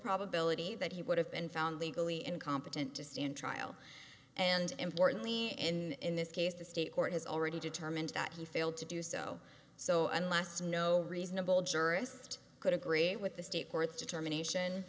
probability that he would have been found legally incompetent to stand trial and importantly and in this case the state court has already determined that he failed to do so so unless no reasonable jurist could agree with the state courts determination